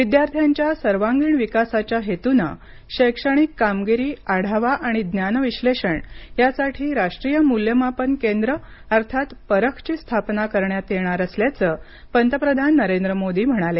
विद्यार्थ्यांच्या सर्वांगीण विकासाच्या हेतूनं शैक्षणिक कामगिरी आढावा आणि ज्ञान विश्लेषण यासाठी राष्ट्रीय मूल्यमापन केंद्र अर्थात परखची स्थापना करण्यात येणार असल्याचं पंतप्रधान नरेंद्र मोदी म्हणाले